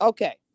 Okay